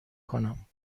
کنم